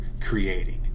creating